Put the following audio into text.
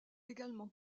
également